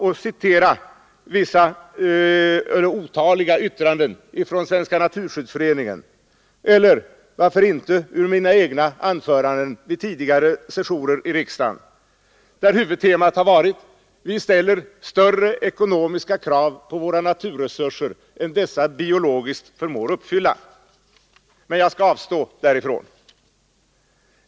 — citera otaliga yttranden från Svenska naturskyddsföreningen eller varför inte mina egna anföranden vid tidigare sessioner i riksdagen, där huvudtemat varit: Vi ställer större ekonomiska krav på våra naturresurser än dessa biologiskt förmår uppfylla! Men jag skall avstå därifrån.